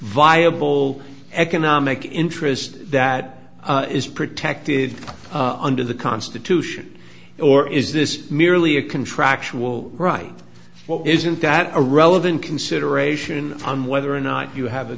viable economic interest that is protected under the constitution or is this merely a contractual right well isn't that a relevant consideration on whether or not you have a